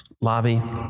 lobby